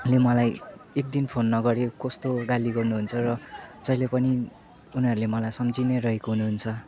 ले मलाई एकदिन फोन नगरे कस्तो गाली गर्नुहुन्छ र जहिले पनि उनीहरूले मलाई सम्झी नै रहेको हुनुहुन्छ